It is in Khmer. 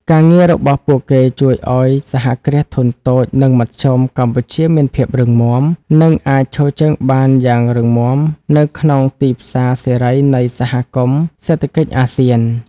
ការងាររបស់ពួកគេជួយឱ្យ សហគ្រាសធុនតូច និងមធ្យម កម្ពុជាមានភាពរឹងមាំ និងអាចឈរជើងបានយ៉ាងរឹងមាំនៅក្នុងទីផ្សារសេរីនៃសហគមន៍សេដ្ឋកិច្ចអាស៊ាន។